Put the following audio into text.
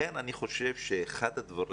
אחד הדברים